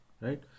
right